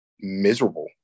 miserable